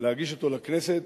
להגיש אותו לכנסת,